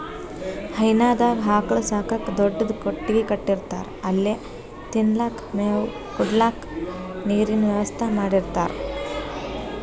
ಹೈನಾದಾಗ್ ಆಕಳ್ ಸಾಕಕ್ಕ್ ದೊಡ್ಡದ್ ಕೊಟ್ಟಗಿ ಕಟ್ಟಿರ್ತಾರ್ ಅಲ್ಲೆ ತಿನಲಕ್ಕ್ ಮೇವ್, ಕುಡ್ಲಿಕ್ಕ್ ನೀರಿನ್ ವ್ಯವಸ್ಥಾ ಮಾಡಿರ್ತಾರ್